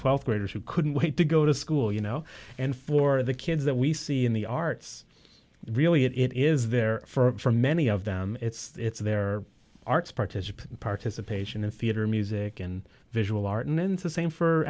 twelve graders who couldn't wait to go to school you know and for the kids that we see in the arts really it is there for many of them it's their arts participant participation in theater music and visual art and then to same for